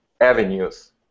avenues